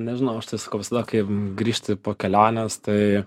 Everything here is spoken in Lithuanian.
nežinau aš tai sakau visada kai grįžti po kelionės tai